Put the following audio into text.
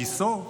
גיסו,